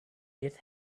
his